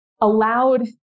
allowed